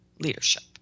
leadership